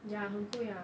ya 很贵啊